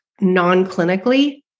non-clinically